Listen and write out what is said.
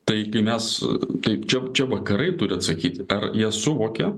taigi mes taip čia čia vakarai turi atsakyti ar jie suvokia